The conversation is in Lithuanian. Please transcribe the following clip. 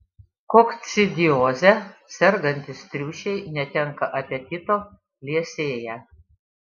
kokcidioze sergantys triušiai netenka apetito liesėja